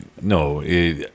No